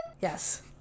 Yes